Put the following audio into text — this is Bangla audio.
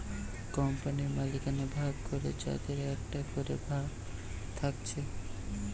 কোম্পানির মালিকানা ভাগ করে যাদের একটা করে ভাগ থাকছে